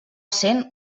essent